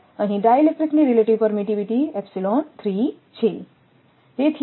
અહીં ડાઇલેક્ટ્રિકની relative permittivity છે